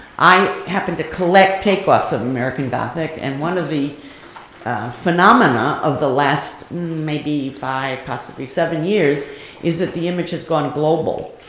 i happen to collect take offs of american gothic and one of the phenomena of the last maybe five, possibly seven years is that the image has gone global,